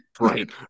Right